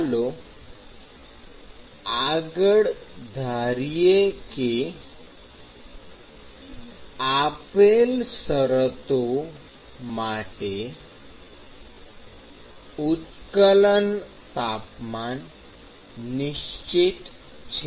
ચાલો આગળ ધારીએ કે આપેલ શરતો માટે ઉત્કલન તાપમાન નિશ્ચિત છે